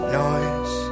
noise